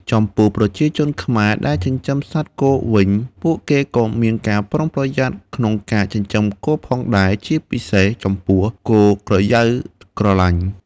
ចំពោះ ប្រជាជនខ្មែរដែលចិញ្ចឹមសត្វគោវិញ ពួកគេក៏មានការប្រុងប្រយ័ត្នក្នុងការចិញ្ចឹមគោផងដែរ ជាពិសេសចំពោះ គោក្រយៅក្រឡាច់។